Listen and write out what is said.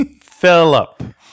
philip